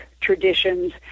traditions